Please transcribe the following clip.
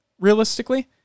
realistically